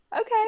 okay